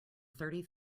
thirty